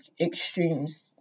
extremes